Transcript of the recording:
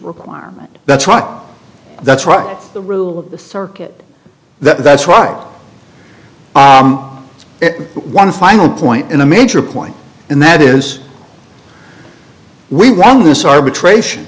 requirement that's right that's right the real circuit that's right is it one final point in a major point and that is we won this arbitration